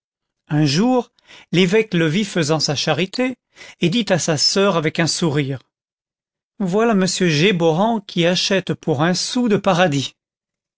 un jour l'évêque le vit faisant sa charité et dit à sa soeur avec un sourire voilà monsieur géborand qui achète pour un sou de paradis